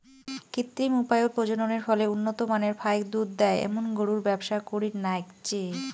কৃত্রিম উপায়ত প্রজননের ফলে উন্নত মানের ফাইক দুধ দেয় এ্যামুন গরুর ব্যবসা করির নাইগচে